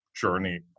journey